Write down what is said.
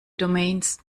domains